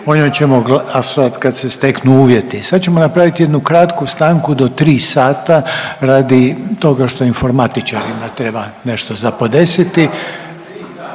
O njoj ćemo glasovat kad se steknu uvjeti. Sad ćemo napraviti jednu kratku stanku do tri sata radi toga što informatičarima treba nešto za podesiti.